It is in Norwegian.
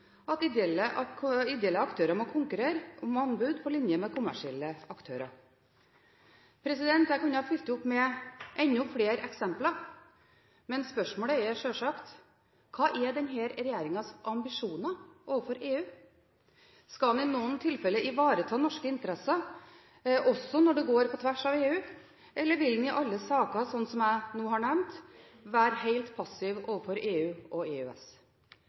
at ideelle aktører må konkurrere om anbud på linje med kommersielle aktører. Jeg kunne fylt opp med enda flere eksempler. Men spørsmålet er sjølsagt: Hva er denne regjeringens ambisjoner overfor EU? Skal en i noen tilfeller ivareta norske interesser, også når de går på tvers av EUs, eller vil en i alle saker, slik som jeg nå har nevnt, være helt passiv overfor EU og EØS?